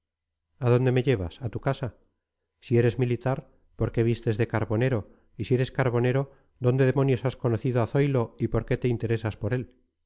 a dónde me llevas a tu casa si eres militar por qué vistes de carbonero y si eres carbonero dónde demonios has conocido a zoilo y por qué te interesas por él